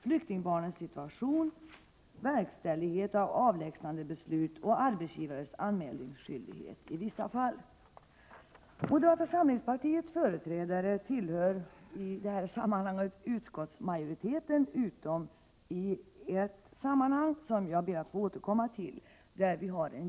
flyktingbarnens situation, verkställighet av avlägsnandebeslut och arbetsgivares anmälningsskyldighet i vissa fall. Moderata samlingspartiet företräder utskottsmajoriteten utom i ett sammanhang där vi har avgett en gemensam borgerlig reservation.